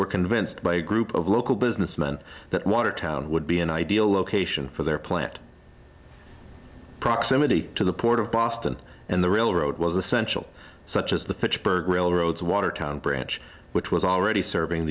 were convinced by a group of local businessmen that watertown would be an ideal location for their plant proximity to the port of boston and the railroad was essential such as the fitchburg railroads watertown branch which was already serving